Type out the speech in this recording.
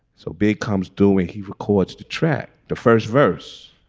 so big comes doing he records to track the first verse